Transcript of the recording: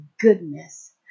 goodness